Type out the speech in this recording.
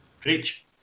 Preach